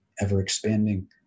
ever-expanding